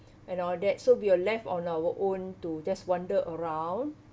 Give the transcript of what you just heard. and all that so we were left on our own to just wander around